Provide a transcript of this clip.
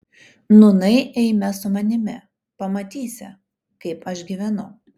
nūnai eime su manimi pamatysi kaip aš gyvenu